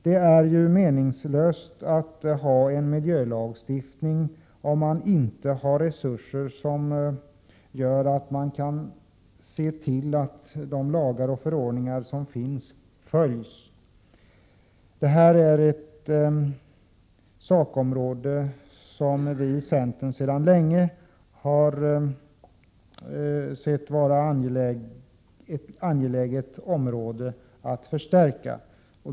Det är ju meningslöst att ha en miljölagstiftning, om man inte har resurser som gör att man kan se till att lagar och förordningar följs. Det här är ett sakområde som vi i centern sedan länge har ansett vara ett angeläget område att förstärka.